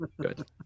good